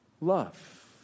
love